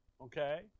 Okay